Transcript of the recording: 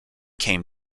came